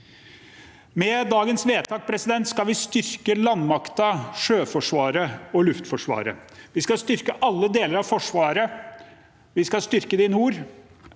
Med dagens vedtak skal vi styrke landmakten, Sjøforsvaret og Luftforsvaret. Vi skal styrke alle deler av Forsvaret. Vi skal styrke det i